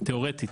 תיאורטית,